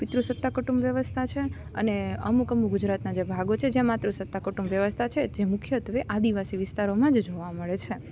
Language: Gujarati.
પિતૃ સત્તા કુટુંબ વ્યવસ્થા છે અને અમુક અમુક ગુજરાતનાં જે ભાગો છે જે માતૃસત્તા કુટુંબ વ્યવસ્થા છે જે મુખ્યત્વે આદિવાસી વિસ્તારોમાં જ જોવા મળે છે